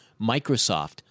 Microsoft